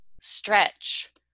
stretch